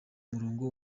murongo